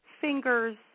fingers